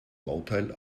bauteil